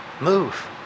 move